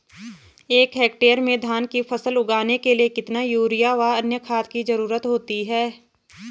एक हेक्टेयर में धान की फसल उगाने के लिए कितना यूरिया व अन्य खाद की जरूरत होती है?